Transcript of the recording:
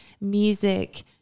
music